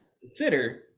consider